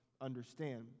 understand